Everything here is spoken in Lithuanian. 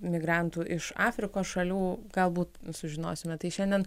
migrantų iš afrikos šalių galbūt sužinosime tai šiandien